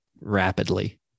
rapidly